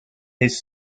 his